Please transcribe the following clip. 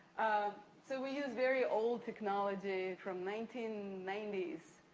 so, we use very old technology from nineteen ninety s,